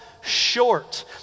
short